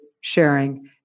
sharing